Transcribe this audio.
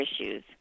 issues